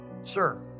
Sir